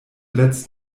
letzt